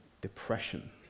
depression